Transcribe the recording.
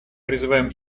призываем